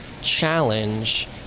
challenge